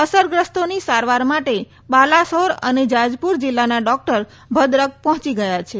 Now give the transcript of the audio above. અસરગ્રસ્તોની સારવાર માટે બાલાસોર અને જાજપૂર જિલ્લાના ડોક્ટર ભદ્રક પહોંચી ગયા છે